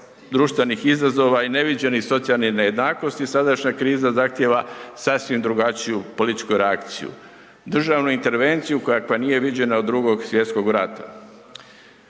društvenih izazova i neviđenih socijalnih nejednakosti, sadašnja kriza zahtjeva sasvim drugačiju političku reakciju, državnu intervenciju kakva nije viđena od II. Svjetskog rata.